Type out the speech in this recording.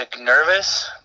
nervous